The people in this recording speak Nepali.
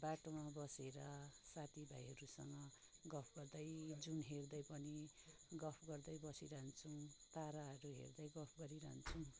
बाटोमा बसेर साथीभाइहरूसँग गफ गर्दै जुन हेर्दै पनि गफ गर्दै बसिरहन्छौँ तराहरू हेर्दै गफ गरिरान्छौँ